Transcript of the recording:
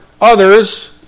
others